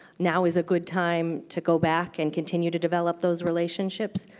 now is a good time to go back and continue to develop those relationships.